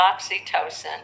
oxytocin